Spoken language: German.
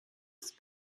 ist